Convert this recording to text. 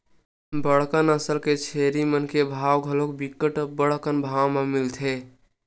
बड़का नसल के छेरी मन के भाव घलोक बिकट अब्बड़ अकन भाव म मिलथे